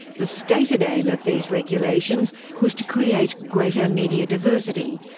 the stated aim of these regulations was to create greater media diversity,